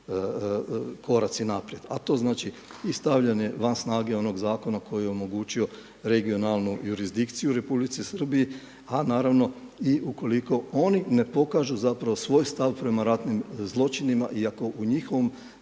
koraci naprijed a to znači i stavljanje van snage onog zakona koji je omogućio regionalnu jurisdikciju Republici Srbiji a naravno i ukoliko oni ne pokažu zapravo svoj stav prema ratnim zločinima iako u njihovom